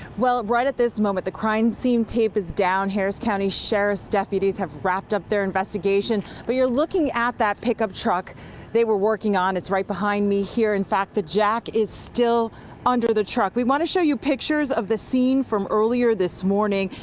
right at this moment, the crime scene tape is down, harris county sheriff's deputies have wrapped up their investigation, but you're looking at that pickup truck they were working on, it's right behind me here. and the jack is still under the truck. we want to show you pictures of the scene from earlier this morning.